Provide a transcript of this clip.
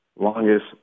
longest